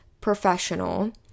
professional